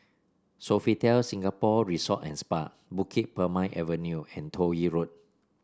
Sofitel Singapore Resort and Spa Bukit Purmei Avenue and Toh Yi Road